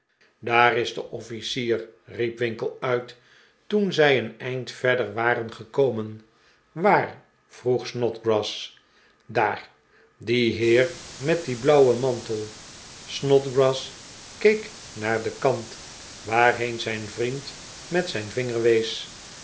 daar is de officier riep winkle uit toen zij een eind verder waren gekomen waar vroeg snodgrass daar die heer met dien blauwen mantel snodgrass keek naar den kant waarheen zijn vriend met zijn vinger wees